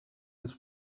his